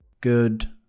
good